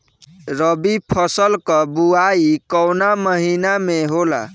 रबी फसल क बुवाई कवना महीना में होला?